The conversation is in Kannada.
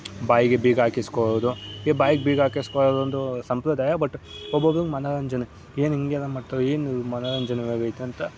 ಬಾಯಿಗೆ ಬಿಗ ಹಾಕಿಸ್ಕೊಳೋದು ಈಗ ಬಾಯಿಗೆ ಬೀಗ ಹಾಕಿಸ್ಕೊಳ್ಳೋದು ಒಂದು ಸಂಪ್ರದಾಯ ಬಟ್ ಒಬ್ಬೊಬ್ರಿಗೆ ಮನೋರಂಜನೆ ಏನು ಹೀಗೆಲ್ಲ ಮಾಡ್ತಾರೆ ಏನು ಮನೋರಂಜನೆ ಆಗೋಯ್ತು ಅಂತ